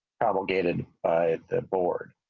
obligated by the board.